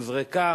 נזרקה